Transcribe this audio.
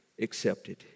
accepted